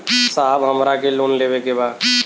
साहब हमरा के लोन लेवे के बा